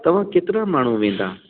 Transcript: तव्हां केतिरा माण्हू वेंदा